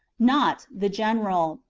not the general.